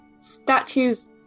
statue's